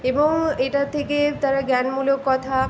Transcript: এবং এটার থেকে তারা জ্ঞানমূলক কথা